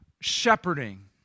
shepherding